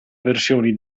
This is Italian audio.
versioni